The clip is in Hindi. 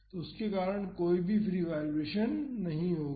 तो उसके कारण कोई भी फ्री वाईब्रेशन नहीं होगा